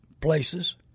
places